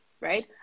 right